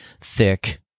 thick